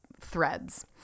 threads